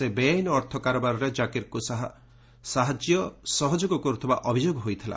ସେ ବେଆଇନ ଅର୍ଥ କାରବାରରେ ଜାକିରକୁ ସାହାଯ୍ୟ ସହଯୋଗ କରୁଥିବା ଅଭିଯୋଗ ହୋଇଥିଲା